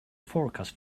forecast